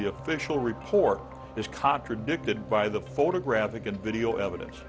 the official report is contradicted by the photographic and video evidence